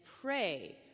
pray